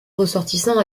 ressortissants